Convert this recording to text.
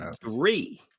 three